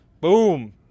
Boom